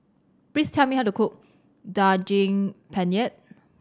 please tell me how to cook Daging Penyet